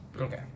Okay